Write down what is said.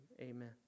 amen